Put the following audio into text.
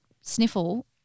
sniffle